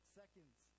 seconds